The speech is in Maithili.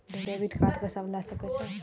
डेबिट कार्ड के सब ले सके छै?